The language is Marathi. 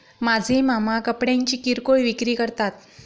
माझे मामा कपड्यांची किरकोळ विक्री करतात